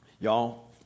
Y'all